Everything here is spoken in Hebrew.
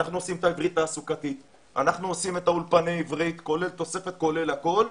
אנחנו עושים את אולפני העברית כולל תוספת וכולל הכול,